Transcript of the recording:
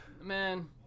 Man